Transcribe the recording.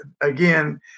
again